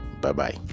Bye-bye